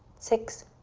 six,